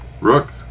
Rook